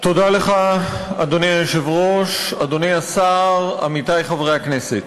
תודה לך, אדוני השר, עמיתי חברי הכנסת,